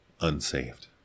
unsaved